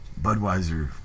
Budweiser